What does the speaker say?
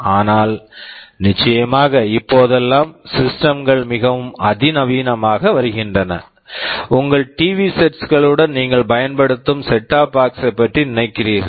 ஆனால் நிச்சயமாக இப்போதெல்லாம் சிஸ்டம்ஸ் systems கள் மிகவும் அதிநவீனமாக வருகின்றன உங்கள் டிவி செட்ஸ் TV sets களுடன் நீங்கள் பயன்படுத்தும் set top box set of box ஐப் பற்றி நினைக்கிறீர்கள்